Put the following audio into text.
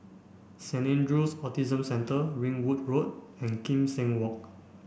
Saint Andrew's Autism Centre Ringwood Road and Kim Seng Walk